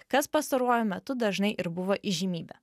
kas pastaruoju metu dažnai ir buvo įžymybė